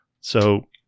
So-